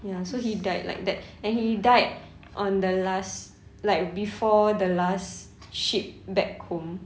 ya so he died like that and he died on the last like before the last ship back home